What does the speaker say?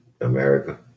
America